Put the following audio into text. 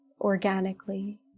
organically